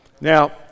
Now